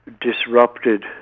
disrupted